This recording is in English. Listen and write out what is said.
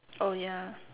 oh ya